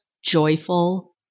joyful